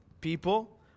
People